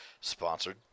sponsored